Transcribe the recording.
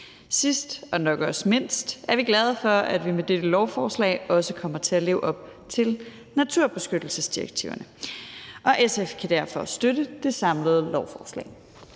Sidst og nok også mindst er vi glade for, at vi med dette lovforslag også kommer til at leve op til naturbeskyttelsesdirektiverne. Og SF kan derfor støtte det samlede lovforslag.